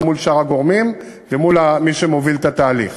מול שאר הגורמים ומול מי שמוביל את התהליך: